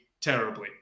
terribly